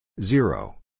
Zero